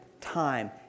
time